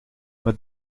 met